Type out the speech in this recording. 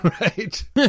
right